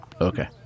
Okay